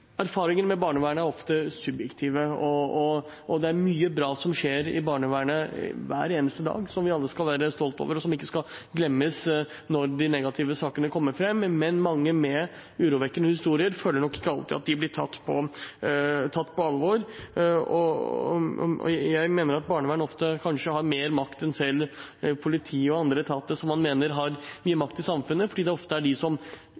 er mye bra som skjer i barnevernet hver eneste dag, som vi alle skal være stolte over. Det skal ikke glemmes når de negative sakene kommer fram, men mange med urovekkende historier føler nok ikke alltid at de blir tatt på alvor. Jeg mener at barnevernet ofte har mer makt enn selv politiet og andre etater som man mener har mye makt i samfunnet, fordi det ofte er barnevernet som